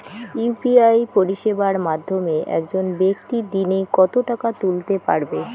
UPI পরিষেবার মাধ্যমে একজন ব্যাক্তি দিনে কত টাকা তুলতে পারবে?